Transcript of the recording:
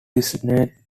designate